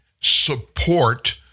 support